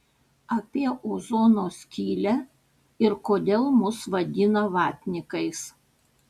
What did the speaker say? apie ozono skylę ir kodėl mus vadina vatnikais